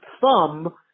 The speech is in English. thumb